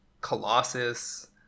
colossus